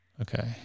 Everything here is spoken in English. Okay